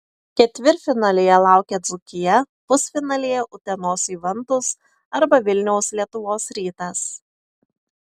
ketvirtfinalyje laukia dzūkija pusfinalyje utenos juventus arba vilniaus lietuvos rytas